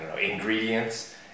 ingredients